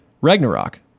Ragnarok